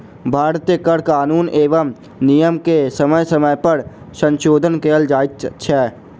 भारतीय कर कानून एवं नियम मे समय समय पर संशोधन कयल जाइत छै